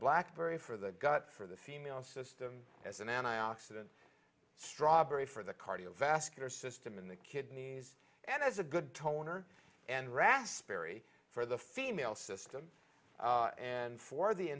blackberry for the gut for the female system as an anti oxidant strawberry for the cardiovascular system in the kidneys and as a good toner and rasberry for the female system and for the